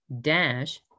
dash